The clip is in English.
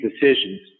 decisions